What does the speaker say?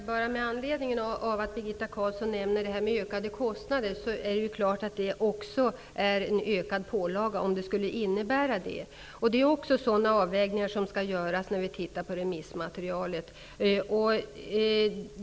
Herr talman! Birgitta Carlsson nämnde att kostnaderna kan öka. Det är klart att det i så fall blir en ökad pålaga. Det är sådana avvägningar vi skall göra när vi går igenom remissmaterialet.